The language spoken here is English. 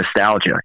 nostalgia